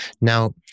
Now